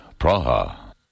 Praha